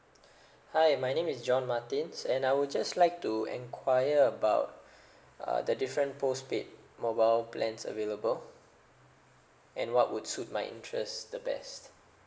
hi my name is john martins and I would just like to enquire about uh the different postpaid mobile plans available and what would suit my interest the best